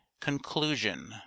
Conclusion